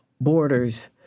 borders